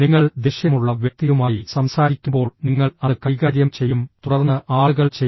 നിങ്ങൾ ദേഷ്യമുള്ള വ്യക്തിയുമായി സംസാരിക്കുമ്പോൾ നിങ്ങൾ അത് കൈകാര്യം ചെയ്യും തുടർന്ന് ആളുകൾ ചെയ്യും